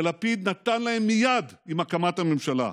שלפיד נתן להם מייד עם הקמת הממשלה,